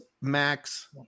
Max